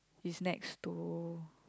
is next to